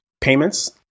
payments